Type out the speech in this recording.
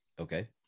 Okay